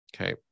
Okay